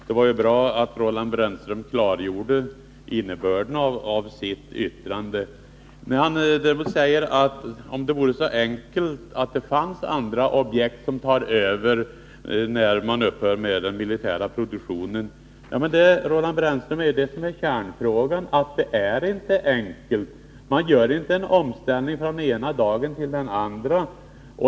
Herr talman! Det var bra att Roland Brännström klargjorde innebörden av sitt yttrande. Han säger sedan: Om det vore så enkelt att det fanns andra objekt som tar över när den militära produktionen upphör. Men det är ju kärnfrågan, Roland Brännström. Det är inte enkelt. Man gör inte en omställning från den ena dagen till den andra.